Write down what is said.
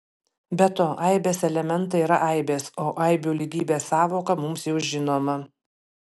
be to aibės elementai yra aibės o aibių lygybės sąvoka mums jau žinoma